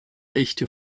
echte